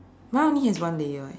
mine only has one layer eh